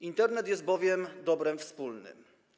Internet jest bowiem dobrem wspólnym.